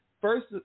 First